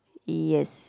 yes